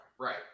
Right